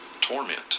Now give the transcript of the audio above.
Torment